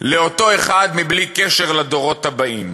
לאותו אחד, בלי קשר לדורות הבאים.